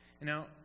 Now